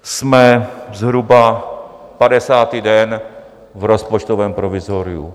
Jsme zhruba 50. den v rozpočtovém provizoriu.